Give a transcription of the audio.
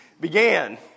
began